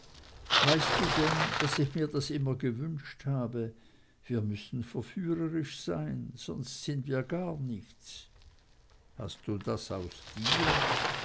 weißt du denn daß ich mir das immer gewünscht habe wir müssen verführerisch sein sonst sind wir gar nichts hast du das aus dir